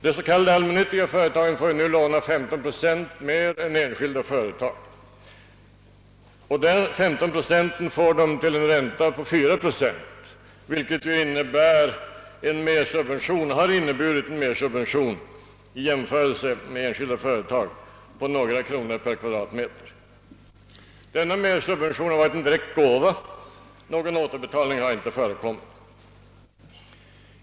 De s.k. allmännyttiga företagen får nu låna 15 procent mer än enskilda företag. Dessa 15 procent får de till en ränta av 4 procent, vilket har inneburit en mersubvention i jämförelse med enskilda företag på några kronor per kvadratmeter. Denna mersubvention har varit en direkt gåva. Någon återbetalning har inte förekommit.